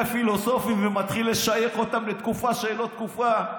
פילוסופים ולשייך אותם לתקופה שהיא לא תקופה.